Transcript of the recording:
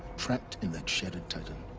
trapped in that shattered titan.